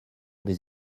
des